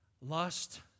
lust